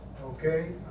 okay